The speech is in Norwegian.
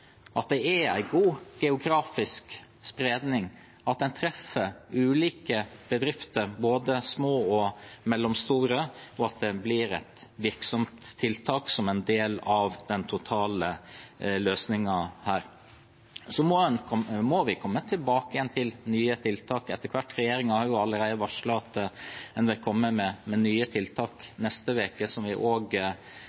at det er god geografisk spredning, at en treffer ulike bedrifter, både små og mellomstore, og at det blir et virksomt tiltak som en del av den totale løsningen. Så må vi komme tilbake til nye tiltak etter hvert. Regjeringen har allerede varslet at den vil komme med nye tiltak